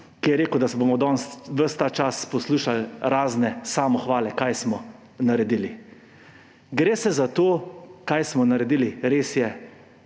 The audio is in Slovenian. ki je rekel, da bomo danes ves ta čas poslušali razne samohvale, kaj smo naredili. Gre za to, kaj smo naredili, res je.